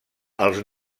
els